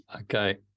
Okay